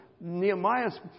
Nehemiah's